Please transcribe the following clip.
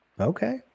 Okay